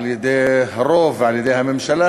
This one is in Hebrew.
על-ידי הרוב ועל-ידי הממשלה,